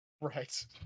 Right